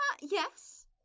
yes